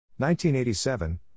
1987